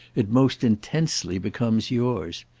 it most intensely becomes yours.